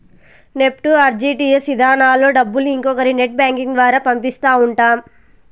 NEFT, RTGS ఇధానాల్లో డబ్బుల్ని ఇంకొకరి నెట్ బ్యాంకింగ్ ద్వారా పంపిస్తా ఉంటాం